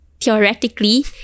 theoretically